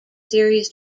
series